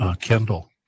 Kendall